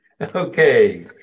okay